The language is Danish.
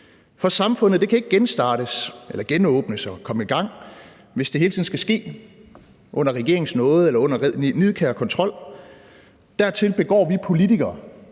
For samfundet kan ikke genstartes eller genåbnes og komme i gang, hvis det hele tiden skal ske under regeringens nåde eller under nidkær kontrol, for dertil begår vi politikere,